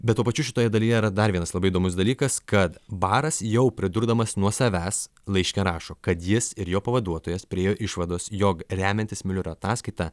bet tuo pačiu šitoje dalyje yra dar vienas labai įdomus dalykas kad baras jau pridurdamas nuo savęs laiške rašo kad jis ir jo pavaduotojas priėjo išvados jog remiantis miulerio ataskaita